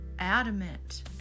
adamant